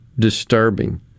disturbing